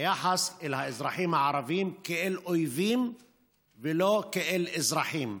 היחס אל האזרחים הערבים כאל אויבים ולא כאל אזרחים.